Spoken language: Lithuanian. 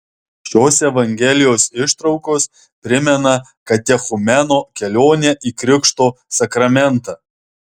šios evangelijos ištraukos primena katechumeno kelionę į krikšto sakramentą